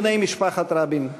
בני משפחת רבין,